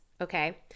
okay